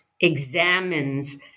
examines